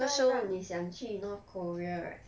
它会让你想去 North Korea right